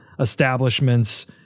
establishments